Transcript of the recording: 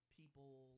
people